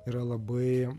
yra labai